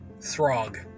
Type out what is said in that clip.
Throg